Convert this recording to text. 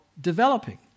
developing